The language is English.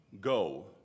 go